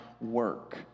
work